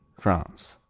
france